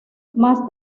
más